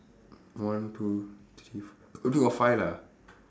one two three four only got five lah